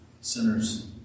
sinners